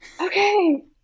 Okay